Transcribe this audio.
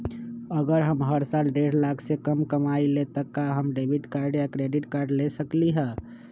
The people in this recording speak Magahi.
अगर हम हर साल डेढ़ लाख से कम कमावईले त का हम डेबिट कार्ड या क्रेडिट कार्ड ले सकली ह?